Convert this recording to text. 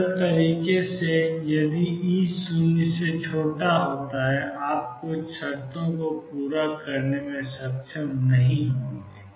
सरल तरीके से यदि E0 आप कुछ शर्तों को पूरा करने में सक्षम नहीं होंगे